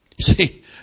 See